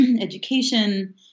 education